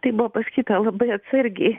tai buvo pasakyta labai atsargiai